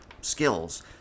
skills